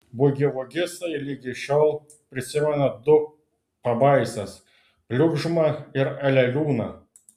bugivugistai ligi šiol prisimena du pabaisas pliugžmą ir aleliūną